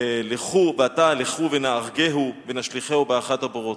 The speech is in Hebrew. ועתה לכו ונהרגהו ונשליכהו באחד הבורות.